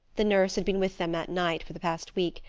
the nurse had been with them at night for the past week,